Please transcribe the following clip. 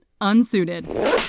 unsuited